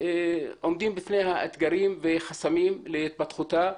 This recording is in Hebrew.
עומדים בפניה אתגרים וחסמים להתפתחותה,